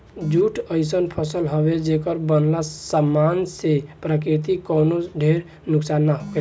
jute अइसन फसल हवे, जेकर बनल सामान से प्रकृति के कवनो ढेर नुकसान ना होखेला